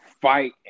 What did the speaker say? fight